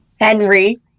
Henry